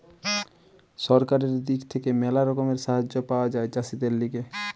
সরকারের দিক থেকে ম্যালা রকমের সাহায্য পাওয়া যায় চাষীদের লিগে